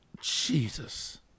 Jesus